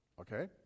Okay